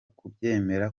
kubyemera